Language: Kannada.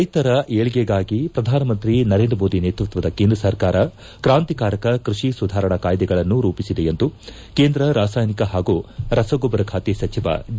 ರೈತರ ವಿಲ್ಲಿಗಾಗಿ ಪ್ರಧಾನಮಂತ್ರಿ ನರೇಂದ್ರ ಮೋದಿ ನೇತೃತ್ವದ ಕೇಂದ್ರ ಸರ್ಕಾರ ಕ್ರಾಂತಿಕಾರಕ ಕೃಷಿ ಸುಧಾರಣಾ ಕಾಯ್ದೆಗಳನ್ನು ರೂಪಿಸಿದೆ ಎಂದು ಕೇಂದ್ರ ರಾಸಾಯನಿಕ ಪಾಗೂ ರಸಗೊಬ್ಬರ ಖಾತೆ ಸಚಿವ ಡಿ